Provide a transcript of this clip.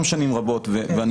נאמן וממליץ את המלצותיו,